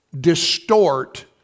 distort